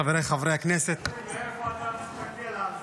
חבריי חברי הכנסת -- תלוי מאיפה אתה מסתכל על זה.